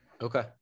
Okay